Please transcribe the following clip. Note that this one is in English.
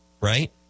Right